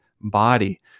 body